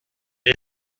est